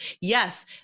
Yes